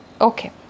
Okay